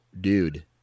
dude